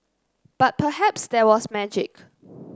but perhaps there was magic